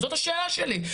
זאת השאלה שלי,